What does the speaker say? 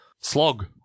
Slog